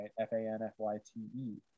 F-A-N-F-Y-T-E